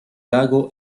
lago